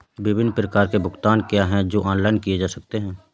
विभिन्न प्रकार के भुगतान क्या हैं जो ऑनलाइन किए जा सकते हैं?